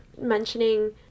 mentioning